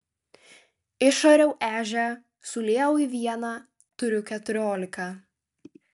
išariau ežią suliejau į vieną turiu keturiolika